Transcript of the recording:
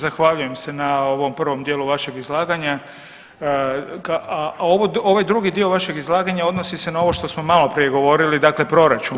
Zahvaljujem se na ovom prvom dijelu vašeg izlaganja, a ovaj drugi dio vašeg izlaganja odnosi se na ovo što smo maloprije govorili, dakle proračun.